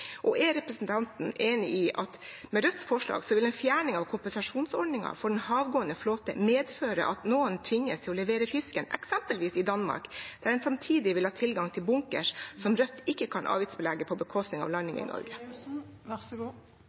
med Rødts forslag vil en fjerning av kompensasjonsordningen for den havgående flåten medføre at noen tvinges til å levere fisken eksempelvis i Danmark, der en samtidig vil ha tilgang til bunkers, som Rødt ikke kan avgiftsbelegge på bekostning av